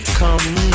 come